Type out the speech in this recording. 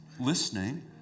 listening